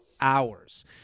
hours